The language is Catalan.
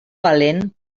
valent